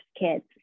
kids